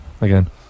Again